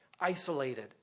isolated